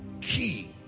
key